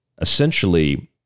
essentially